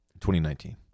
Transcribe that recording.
2019